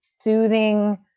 soothing